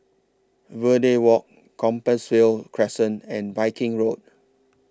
Verde Walk Compassvale Crescent and Viking Road